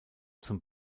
zum